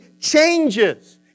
changes